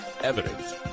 evidence